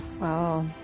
Wow